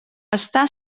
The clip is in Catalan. està